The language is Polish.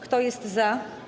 Kto jest za?